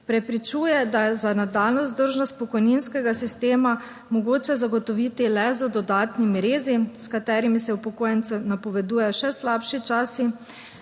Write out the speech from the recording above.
prepričuje, da je za nadaljnjo vzdržnost pokojninskega sistema mogoče zagotoviti le z dodatnimi rezi, s katerimi se upokojencem napovedujejo še slabši časi.